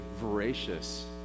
voracious